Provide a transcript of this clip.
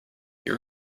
you